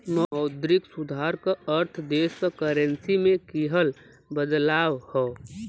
मौद्रिक सुधार क अर्थ देश क करेंसी में किहल बदलाव हौ